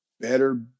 better